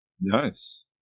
Nice